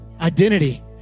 identity